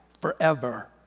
Forever